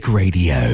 Radio